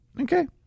Okay